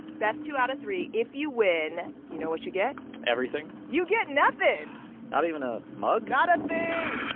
best two out of three. if you win, you know what you get? everything? you get nothing not even a mug? not a thing.